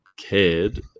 cared